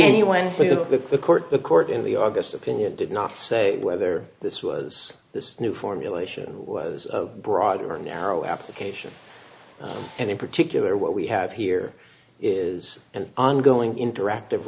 the court the court in the august opinion did not say whether this was this new formulation was of broader narrow application and in particular what we have here is an ongoing interactive